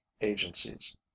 agencies